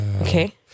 Okay